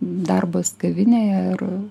darbas kavinėje ir